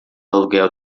aluguel